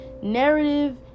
narrative